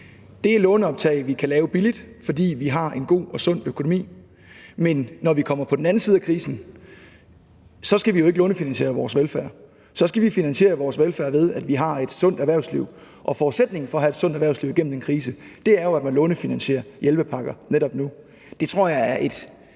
Det er låneoptag, vi kan lave billigt, fordi vi har en god og sund økonomi. Men når vi kommer på den anden side af krisen, skal vi jo ikke lånefinansiere vores velfærd, så skal vi finansiere vores velfærd, ved at vi har et sundt erhvervsliv. Og forudsætningen for at have et sundt erhvervsliv gennem en krise er jo, at man lånefinansierer hjælpepakker netop nu. Det tror jeg at et